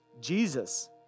Jesus